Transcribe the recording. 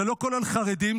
זה לא כולל חרדים,